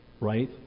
right